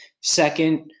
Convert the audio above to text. Second